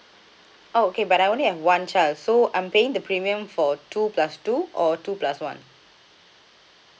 oh okay but I only have one child so I'm paying the premium for two plus two or two plus one